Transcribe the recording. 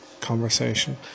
conversation